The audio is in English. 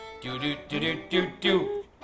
Do-do-do-do-do-do